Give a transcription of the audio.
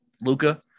Luca